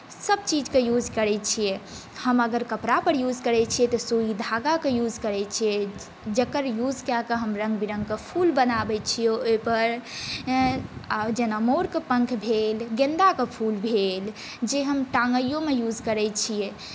सभ चीजकेँ युज करै छियै हम अगर कपड़ा पर युज करै छियै तऽ सुई धागाके युज करै छियै जाकर युज कऽ कऽ हम रङ्ग विरङ्गके हम फुल बनाबै छी ओहि पर जेना मोरके पंख भेल गेन्दाके फुल भेल जे हम टाँगैओमे युज करै छियै